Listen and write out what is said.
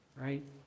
right